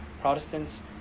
Protestants